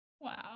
Wow